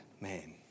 man